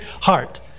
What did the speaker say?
heart